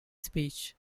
speech